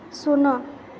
ଶୂନ